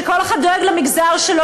שכל אחד דואג למגזר שלו,